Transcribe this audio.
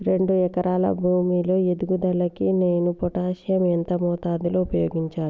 రెండు ఎకరాల భూమి లో ఎదుగుదలకి నేను పొటాషియం ఎంత మోతాదు లో ఉపయోగించాలి?